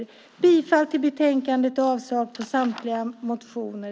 Jag yrkar bifall till förslaget i betänkandet och avslag på samtliga motioner.